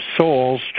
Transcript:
souls